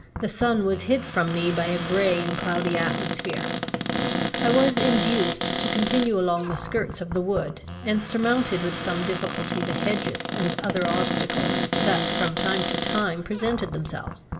the sun was hid from me by a grey and cloudy atmosphere i was induced to continue along the skirts of the wood, and surmounted with some difficulty the hedges and other obstacles that from time to time presented themselves.